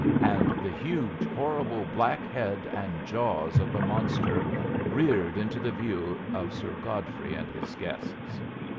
and the huge horrible black head and jaws of the monster reared into the view of sir godfrey and his guests.